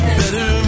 better